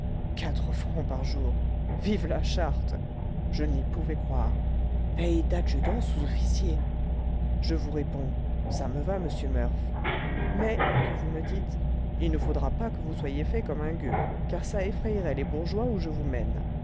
quatre francs par jour vive la charte je n'y pouvais croire paye dadjudant sous officier je vous réponds ça me va monsieur murph mais que vous me dites il ne faudra pas que vous soyez fait comme un gueux car ça effrayerait les bourgeois où je vous mène